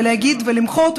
ולהגיד ולמחות,